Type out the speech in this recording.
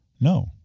No